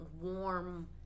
warm